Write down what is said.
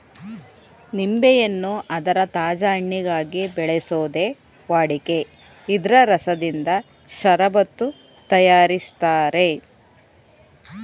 ನಿಂಬೆಯನ್ನು ಅದರ ತಾಜಾ ಹಣ್ಣಿಗಾಗಿ ಬೆಳೆಸೋದೇ ವಾಡಿಕೆ ಇದ್ರ ರಸದಿಂದ ಷರಬತ್ತು ತಯಾರಿಸ್ತಾರೆ